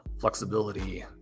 flexibility